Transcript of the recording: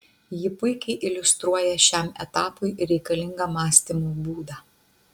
ji puikiai iliustruoja šiam etapui reikalingą mąstymo būdą